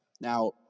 Now